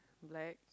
black